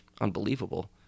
unbelievable